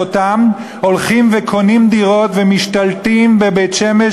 אנחנו לא ניתן להם את בית-שמש,